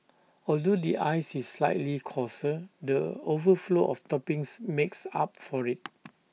although the ice is slightly coarser the overflow of toppings makes up for IT